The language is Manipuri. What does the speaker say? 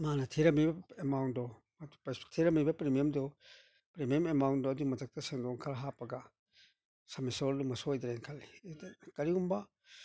ꯃꯥꯅ ꯊꯤꯔꯝꯃꯤꯕ ꯑꯦꯃꯥꯎꯟꯗꯣ ꯊꯤꯔꯝꯃꯤꯕ ꯄ꯭ꯔꯤꯃꯤꯌꯝꯗꯨ ꯄ꯭ꯔꯤꯃꯤꯌꯝ ꯑꯦꯃꯥꯎꯟꯗꯣ ꯑꯗꯨꯒꯤ ꯃꯊꯛꯇ ꯁꯦꯟꯗꯣꯡ ꯈꯔ ꯍꯥꯞꯄꯒ ꯁꯣꯏꯗ꯭ꯔꯦꯅ ꯈꯜꯂꯤ ꯀꯔꯤꯒꯨꯝꯕ